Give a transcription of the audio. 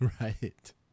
Right